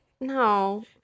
No